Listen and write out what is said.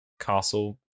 Castle